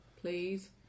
Please